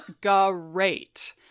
great